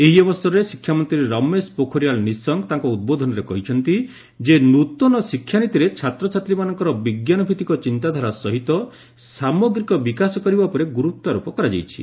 ଏହି ଅବସରରେ ଶିକ୍ଷାମନ୍ତ୍ରୀ ରମେଶ ପୋଖରିଆଲ ନିଶଙ୍କ ତାଙ୍କ ଉଦ୍ବୋଧନରେ କହିଛନ୍ତି ଯେ ନୃତନ ଶିକ୍ଷାନୀତିରେ ଛାତ୍ରଛାତ୍ରୀମାନଙ୍କର ବିଜ୍ଞାନଭିତ୍ତିକ ଚିନ୍ତାଧାରା ସହିତ ସାମଗ୍ରୀକ ବିକାଶ କରିବା ଉପରେ ଗୁରୁତ୍ୱାରୋପ କରାଯାଇଛି